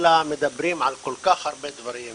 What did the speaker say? אלא מדברים על כל כך הרבה דברים,